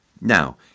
Now